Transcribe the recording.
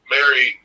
Mary